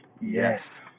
Yes